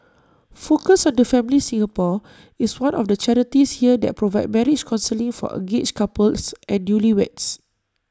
focus on the family Singapore is one of the charities here that provide marriage counselling for engaged couples and newlyweds